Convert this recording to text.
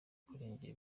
kurengera